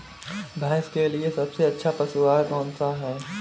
भैंस के लिए सबसे अच्छा पशु आहार कौनसा है?